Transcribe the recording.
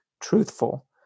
truthful